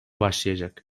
başlayacak